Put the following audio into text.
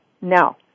No